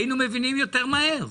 היינו מבינים יותר מהר.